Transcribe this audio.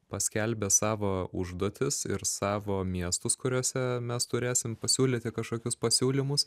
paskelbė savo užduotis ir savo miestus kuriuose mes turėsim pasiūlyti kažkokius pasiūlymus